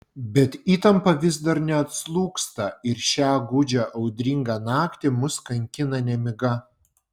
bet įtampa vis dar neatslūgsta ir šią gūdžią audringą naktį mus kankina nemiga